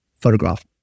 photograph